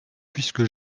puisque